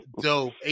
dope